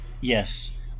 Yes